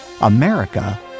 America